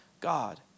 God